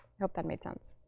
hope that made sense.